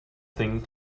things